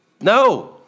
No